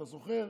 אתה זוכר.